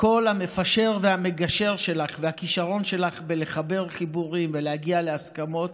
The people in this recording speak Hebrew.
הקול המפשר והמגשר שלך והכישרון שלך לחבר חיבורים ולהגיע להסכמות,